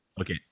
Okay